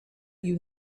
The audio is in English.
you